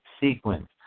sequence